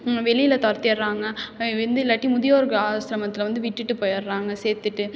வெளியில் துரத்திட்றாங்க வந்து இல்லாட்டி முதியோர் கா ஆஸ்ரமத்தில் வந்து விட்டுவிட்டுப் போயிடுறாங்க சேர்த்துட்டு